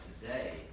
today